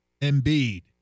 Embiid